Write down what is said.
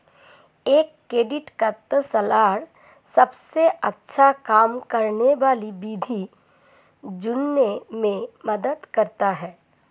एक credit counsellor सबसे अच्छा काम करने वाली विधि चुनने में मदद करता है